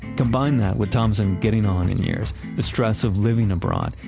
combine that with thomasson's getting on in years, the stress of living abroad,